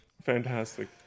fantastic